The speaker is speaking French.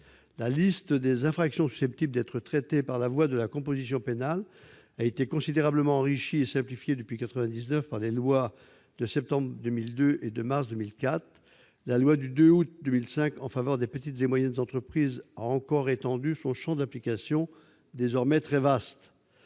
La liste des infractions susceptibles d'être traitées par la voie de la composition pénale a été considérablement enrichie et simplifiée depuis 1999 par les lois de septembre 2002 et de mars 2004. La loi du 2 août 2005 en faveur des petites et moyennes entreprises a encore étendu son champ d'application, désormais très vaste.